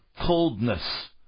coldness